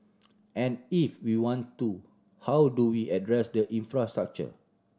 and if we want to how do we address the infrastructure